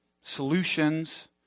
solutions